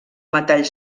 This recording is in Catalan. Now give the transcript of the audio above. metall